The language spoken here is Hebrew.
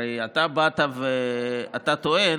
הרי אתה בא ואתה טוען